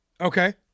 Okay